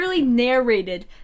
narrated